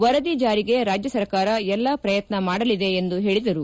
ವರದಿ ಜಾರಿಗೆ ರಾಜ್ಯ ಸರ್ಕಾರ ಎಲ್ಲಾ ಪ್ರಯತ್ನ ಮಾಡಲಿದೆ ಎಂದು ಹೇಳಿದರು